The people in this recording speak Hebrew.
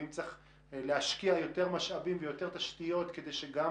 ואם צריך להשקיע יותר משאבים ויותר תשתיות כדי שגם